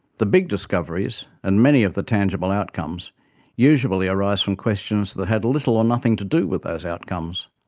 the big discoveries and many of the tangible outcomes usually arise from questions that had little or nothing to do with those outcomes.